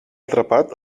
atrapat